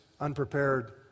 unprepared